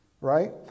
right